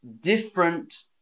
different